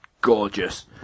gorgeous